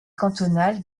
cantonal